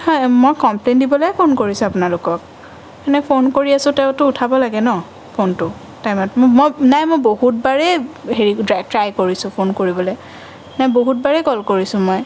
হয় মই কমপ্লেইন দিবলেই ফোন কৰিছোঁ আপোনালোকক মানে ফোন কৰি আছোঁ তেওঁতো উঠাব লাগে ন ফোনটো টাইমত নাই মই বহুত বাৰেই হেৰি ট্ৰাই কৰিছোঁ ফোন কৰিবলৈ মই বহুত বাৰেই কল কৰিছোঁ মই